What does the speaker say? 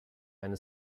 eine